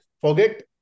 forget